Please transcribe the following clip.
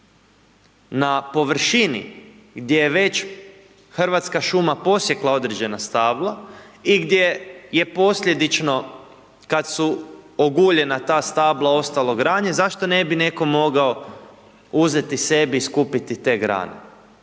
na površini gdje je već Hrvatska šuma posjekla određena stabla i gdje je posljedično kad su oguljena ta stabla ostalo granje, zašto ne bi neko mogao uzeti sebi i skupiti te grane.